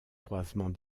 croisements